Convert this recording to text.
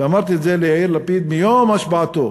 ואמרתי את זה ליאיר לפיד ביום השבעתו,